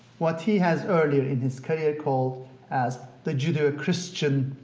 what he has earlier in his career called as the judeo-christian